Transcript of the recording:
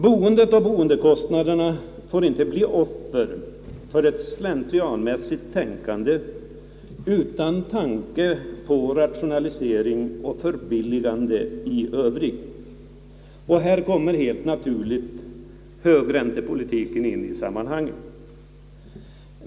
Boendet och boendekostnaderna får inte bli offer för ett slentrianmässigt tänkande utan tanke på rationalisering och förbilligande i övrigt. Här kommer helt naturligt högräntepolitiken in i sammanhanget.